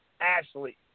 Ashley